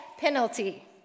penalty